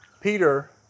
Peter